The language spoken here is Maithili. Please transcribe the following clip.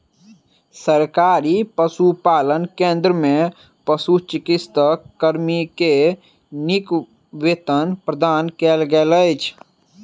सरकारी पशुपालन केंद्र में पशुचिकित्सा कर्मी के नीक वेतन प्रदान कयल गेल अछि